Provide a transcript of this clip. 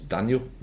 Daniel